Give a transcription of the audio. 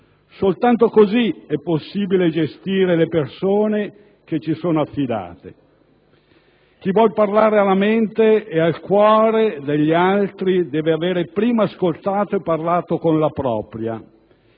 Soltanto così è possibile gestire le persone che ci sono affidate. Chi vuol parlare alla mente ed al cuore degli altri deve avere prima ascoltato e parlato con la propria